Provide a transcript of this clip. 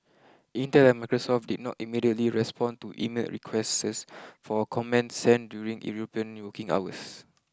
Intel and Microsoft did not immediately respond to emailed requests for comment sent during European working hours